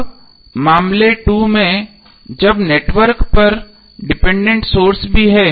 अब मामले 2 में जब नेटवर्क पर डिपेंडेंट सोर्स भी हैं